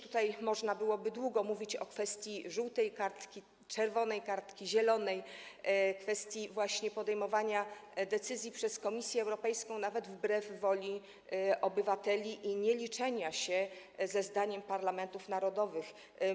Tutaj można byłoby długo mówić również o kwestii żółtej kartki, czerwonej kartki, zielonej kartki, kwestii podejmowania decyzji przez Komisję Europejską nawet wbrew woli obywateli i nieliczenia się ze zdaniem parlamentów narodowych.